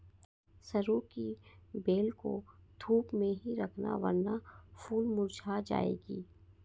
सरू की बेल को धूप में ही रखना वरना फूल मुरझा जाएगी